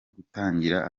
kutagira